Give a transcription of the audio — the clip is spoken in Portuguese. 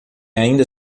ainda